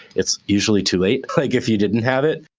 it's usually too late like if you didn't have it.